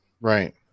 Right